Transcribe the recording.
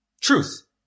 truth